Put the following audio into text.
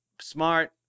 smart